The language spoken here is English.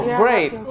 great